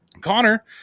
Connor